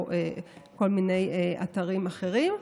או כל מיני אתרים אחרים,